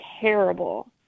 terrible